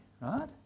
right